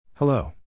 Hello